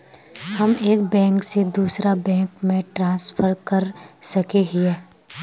हम एक बैंक से दूसरा बैंक में ट्रांसफर कर सके हिये?